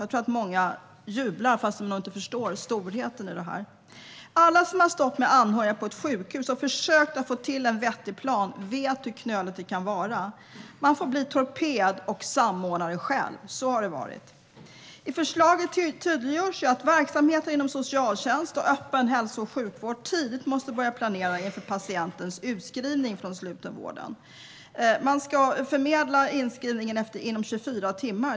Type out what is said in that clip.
Jag tror att många jublar även om de nog inte förstår storheten i detta. Alla som har stått med anhöriga på ett sjukhus och försökt att få till en vettig plan vet hur knöligt det kan vara. Man får bli torped och samordnare själv. Så har det varit. I förslaget tydliggörs att verksamheter inom socialtjänst och öppen hälso och sjukvård tidigt måste börja planera inför patientens utskrivning från slutenvården. Man ska förmedla inskrivningen inom 24 timmar.